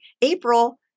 April